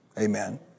Amen